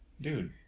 dude